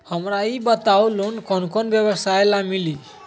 हमरा ई बताऊ लोन कौन कौन व्यवसाय ला मिली?